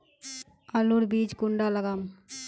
आलूर बीज कुंडा लगाम?